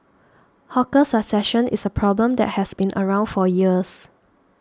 hawker succession is a problem that has been around for years